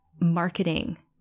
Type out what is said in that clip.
marketing